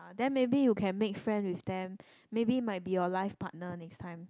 and then maybe you can make friend with them maybe might be your life partner next time